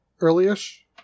early-ish